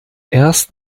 erst